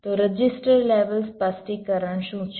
તો register level સ્પષ્ટીકરણ શું છે